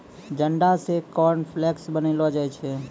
जंडा से कॉर्नफ्लेक्स बनैलो जाय छै